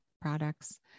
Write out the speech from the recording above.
products